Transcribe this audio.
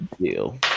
Deal